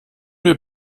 wir